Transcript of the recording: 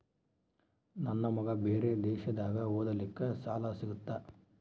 ನನ್ನ ಮಗ ಬೇರೆ ದೇಶದಾಗ ಓದಲಿಕ್ಕೆ ಸಾಲ ಸಿಗುತ್ತಾ?